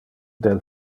del